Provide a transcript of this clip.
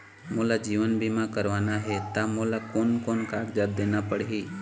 मोला जीवन बीमा करवाना हे ता मोला कोन कोन कागजात देना पड़ही?